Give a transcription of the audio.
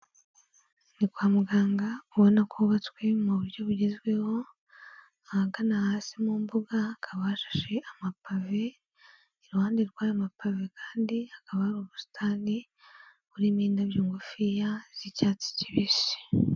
Ni kwa muganga ubona ko hubabatswe mu buryo bugezweho, ahagana hasi mu mbuga hakaba hashashe amapave, iruhande rw'ayo mapave kandi hakaba hari ubusitani burimo indabyo ngufiya z'icyatsi kibisi.